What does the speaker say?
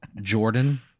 Jordan